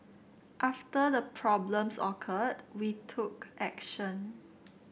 after the problems occurred we took action